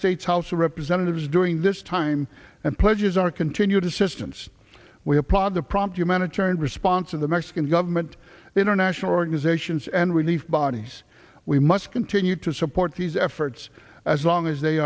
states house of representatives during this time and pledges our continued assistance we applaud the prompt humanitarian response of the mexican government international organizations and we need bodies we must continue to support these efforts as long as they